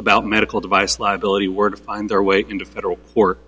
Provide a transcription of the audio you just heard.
about medical device liability were on their way into federal or